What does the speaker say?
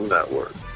Network